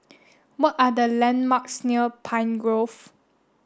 what are the landmarks near Pine Grove